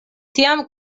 tiam